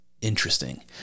interesting